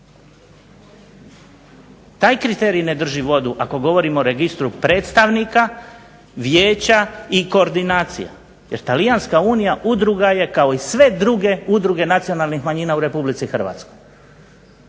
Taj kriterij ne drži vodu, ako govorimo o registru predstavnika, vijeća i koordinacija, jer Talijanska unija udruga je kao i sve udruge nacionalnih manjina u Republici Hrvatskoj.